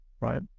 right